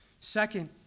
Second